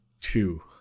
two